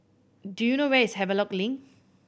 do you know where is Havelock Link